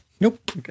Nope